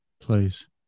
Please